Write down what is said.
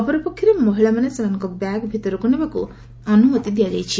ଅପରପକ୍ଷରେ ମହିଳାମାନେ ସେମାନଙ୍କ ବ୍ୟାଗ୍ ଭିତରକୁ ନେବାକୁ ଅନୁମତି ଦିଆଯାଇଛି